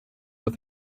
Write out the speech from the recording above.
with